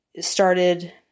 started